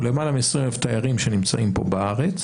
או למעלה מ-20,000 תיירים שנמצאים פה בארץ